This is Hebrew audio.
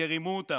שרימו אותם,